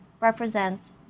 represents